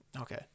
Okay